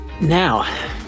Now